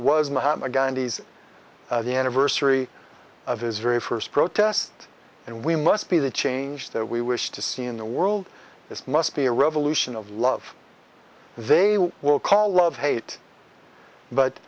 gandhi's the anniversary of his very first protest and we must be the change that we wish to see in the world this must be a revolution of love they will call love hate but